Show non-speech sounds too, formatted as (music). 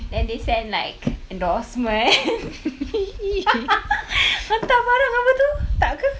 then they send like endorsement (laughs) hantar barang apa tu tak ke